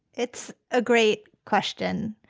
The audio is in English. it's a great question,